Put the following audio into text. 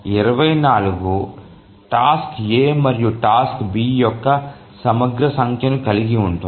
24 task A మరియు task B యొక్క సమగ్ర సంఖ్యను కలిగి ఉంటుంది